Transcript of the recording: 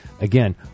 again